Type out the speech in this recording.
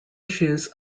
issues